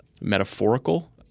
metaphorical